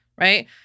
right